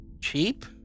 Cheap